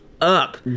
up